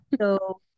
So-